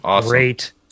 great